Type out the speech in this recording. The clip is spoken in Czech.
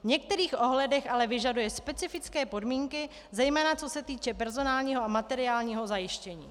V některých ohledech ale vyžaduje specifické podmínky, zejména co se týče personálního a materiálního zajištění.